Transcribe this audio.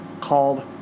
called